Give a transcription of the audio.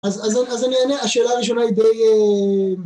אז אני אענה, השאלה הראשונה היא